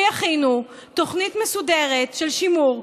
שיכינו תוכנית מסודרת של שימור,